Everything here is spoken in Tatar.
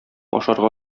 ашарга